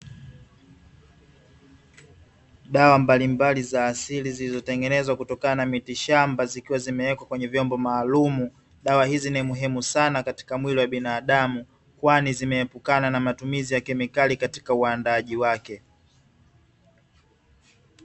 Dawa mbalimbali za asili zilizotengenezwa kutokana na miti shamba zikiwa zimewekwa kwenye vyombo maalumu; dawa hizi ni muhimu sana katika mwili wa biaadamu kwani, zimeepukana na matumizi ya kemikali katika uandaaji wake.